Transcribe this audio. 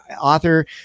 author